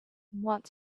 want